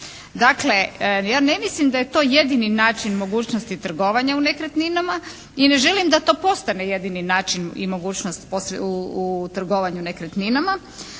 Dakle, ja ne mislim da je to jedini način mogućnosti trgovanja u nekretninama i ne želim da to postane jedini način i mogućnost u trgovanju nekretninama,